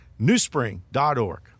newspring.org